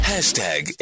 Hashtag